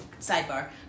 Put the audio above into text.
sidebar